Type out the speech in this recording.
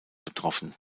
betroffen